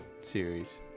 series